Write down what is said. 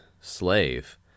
slave